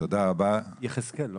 יחזקאל.